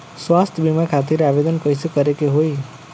स्वास्थ्य बीमा खातिर आवेदन कइसे करे के होई?